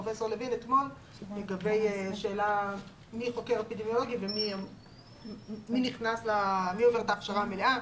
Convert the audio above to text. פרופסור לוין לגבי שאלה מי חוקר אפידמיולוגי ומי עובר את ההכשרה המלאה,